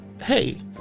hey